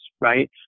right